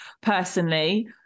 personally